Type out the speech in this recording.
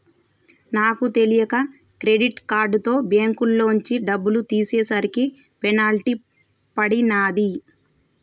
నాకు తెలియక క్రెడిట్ కార్డుతో బ్యేంకులోంచి డబ్బులు తీసేసరికి పెనాల్టీ పడినాది